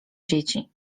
dzieci